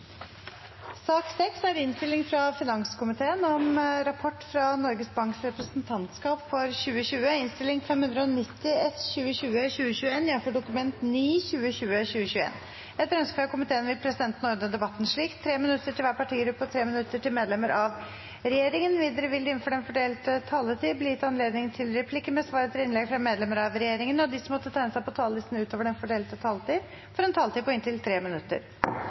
slik: 3 minutter til hver partigruppe og 3 minutter til medlemmer av regjeringen. Videre vil det, innenfor den fordelte taletid, bli gitt anledning til replikker med svar etter innlegg fra medlemmer av regjeringen, og de som måtte tegne seg på talerlisten utover den fordelte taletid, får en taletid på inntil 3 minutter.